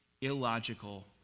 illogical